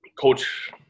coach